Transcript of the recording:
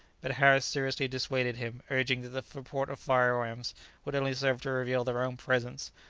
but harris seriously dissuaded him, urging that the report of firearms would only serve to reveal their own presence,